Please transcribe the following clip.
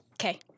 Okay